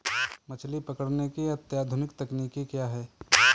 मछली पकड़ने की अत्याधुनिक तकनीकी क्या है?